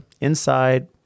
inside